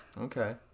Okay